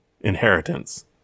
inheritance